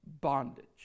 bondage